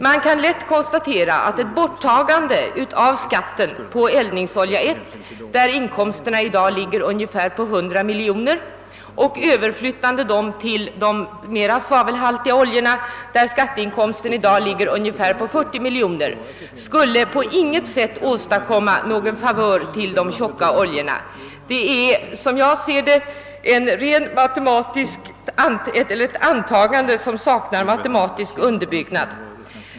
Man kan lätt räkna ut att ett borttagande av skatten på eldningsolja I, där inkomsterna ligger på ungefär 100 miljoner kronor, och ett överflyttande av dessa inkomster till de mera svavelhaltiga oljorna, där skatteinkomsterna ligger på ungefär 40 miljoner kronor, på intet sätt skulle medföra någon favör för de tjocka oljorna. Enligt min mening saknar finansministerns antagande matematisk underbyggnad.